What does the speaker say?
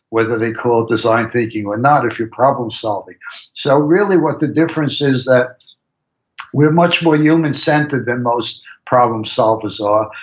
whether they call it design thinking or not if you're problem-solving so really what the difference is, we're much more human centered than most problem solvers are.